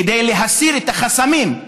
כדי להסיר את החסמים,